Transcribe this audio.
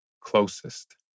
closest